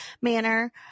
manner